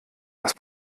das